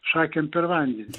šakėm per vandenį